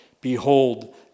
Behold